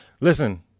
listen